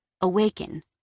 Awaken